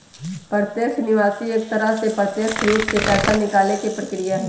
प्रत्यक्ष निकासी एक तरह से प्रत्यक्ष रूप से पैसा निकाले के प्रक्रिया हई